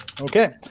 Okay